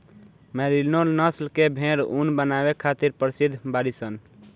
merino नस्ल के भेड़ ऊन बनावे खातिर प्रसिद्ध बाड़ीसन